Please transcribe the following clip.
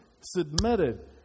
submitted